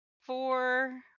four